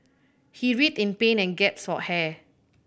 he writhed in pain and gasped for air